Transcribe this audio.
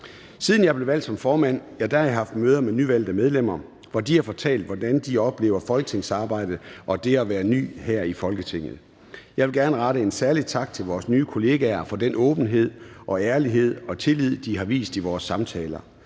Siden jeg blev valgt som formand, har jeg haft møder med nyvalgte medlemmer, hvor de har fortalt, hvordan de oplever folketingsarbejdet og det at være ny her i Folketinget. Jeg vil gerne rette en særlig tak til vores nye kollegaer for den åbenhed, ærlighed og tillid, de har vist i vores samtaler.